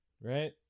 Right